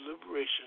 liberation